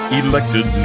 elected